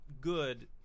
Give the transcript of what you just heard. good